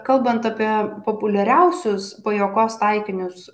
kalbant apie populiariausius pajuokos taikinius